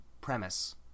premise